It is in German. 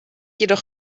jedoch